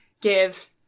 give